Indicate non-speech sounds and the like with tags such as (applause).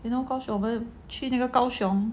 you know (noise) 去那个 gaoxiong